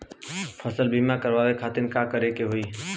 फसल बीमा करवाए खातिर का करे के होई?